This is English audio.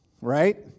right